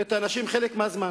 את האנשים חלק מהזמן